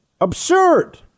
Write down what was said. Absurd